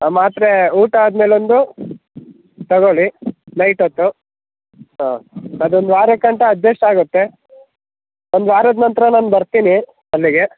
ಆ ಮಾತ್ರೆ ಊಟ ಆದಮೇಲೊಂದು ತಗೋಳಿ ನೈಟ್ ಹೊತ್ತು ಹಾಂ ಅದು ಒಂದು ವಾರಕಂಟ ಅಜ್ಜಸ್ಟ್ ಆಗುತ್ತೆ ಒಂದು ವಾರದ ನಂತರ ನಾನು ಬರ್ತಿನಿ ಅಲ್ಲಿಗೆ